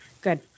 Good